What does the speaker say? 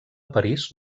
parís